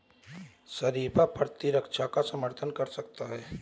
शरीफा प्रतिरक्षा का समर्थन कर सकता है